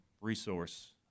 resource